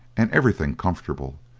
and everything comfortable?